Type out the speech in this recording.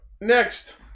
Next